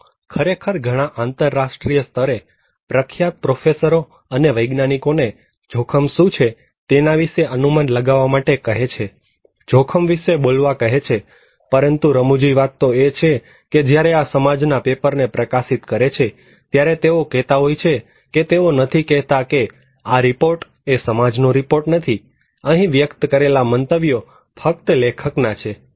તેઓ ખરેખર ઘણા આંતરરાષ્ટ્રીય સ્તરે વખણાયેલા પ્રોફેસરો અને વૈજ્ઞાનિકોને જોખમ શું છે તેના વિશે અનુમાન લગાવવા માટે કહે છે જોખમ વિશે બોલવા કહે છે પરંતુ રમુજી વાત તો એ છે કે જ્યારે આ સમાજ આ પેપરને પ્રકાશિત કરે છે ત્યારે તેઓ કહેતા હોય છે કે તેઓ નથી કહેતા કે આ રિપોર્ટ એ સમાજ નો રિપોર્ટ નથી અહીં વ્યક્ત કરેલા મંતવ્યો ફક્ત લેખકના છે